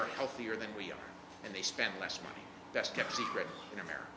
are healthier than we are and they spend less money that's kept secret in america